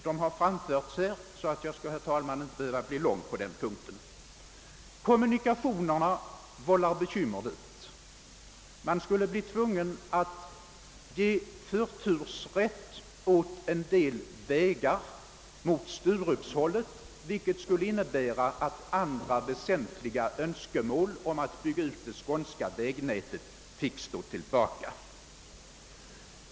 De har framförts här, så att jag skall, herr talman, inte uppehålla mig länge vid den punkten. Kommunikationerna dit vållar bekymmer. Man skulle bli tvungen att ge förtursrätt åt en del vägar mot Sturup-hållet, vilket skulle innebära att andra väsentliga önskemål om att bygga ut det skånska vägnätet fick stå tillbaka.